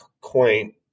quaint